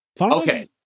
okay